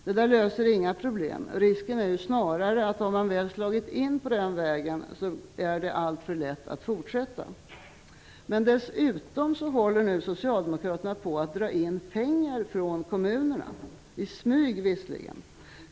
Det löser inga problem. Risken är snarare att det, om man väl har slagit in på den vägen, är alltför lätt att fortsätta. Dessutom håller Socialdemokraterna nu på att dra in pengar från kommunerna - i smyg.